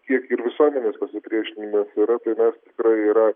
tiek ir visuomenės pasipriešinimas yra tai mes tikrai yra